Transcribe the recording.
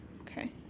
Okay